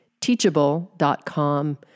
teachable.com